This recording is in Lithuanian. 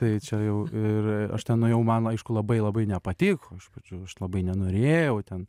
tai čia jau ir aš ten nuėjau man aišku labai labai nepatiko iš pradžių aš labai nenorėjau ten